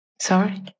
Sorry